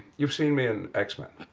you've seen me in x-men?